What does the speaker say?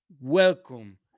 welcome